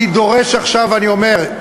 אני דורש עכשיו ואני אומר: